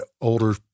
older